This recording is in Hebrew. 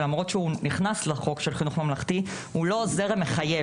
שלמרות שהוא נכנס לחוק של חינוך ממלכתי הוא לא זרם מחייב.